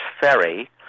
Ferry